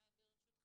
הבריאות,